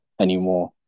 anymore